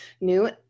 new